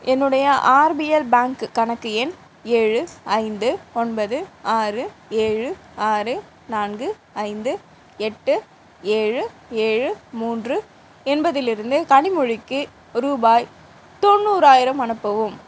என்னுடைய ஆர்பிஎல் பேங்க்கு கணக்கு எண் ஏழு ஐந்து ஒன்பது ஆறு ஏழு ஆறு நான்கு ஐந்து எட்டு ஏழு ஏழு மூன்று என்பதில் இருந்து கனிமொழிக்கு ரூபாய் தொண்ணூறாயிரம் அனுப்பவும்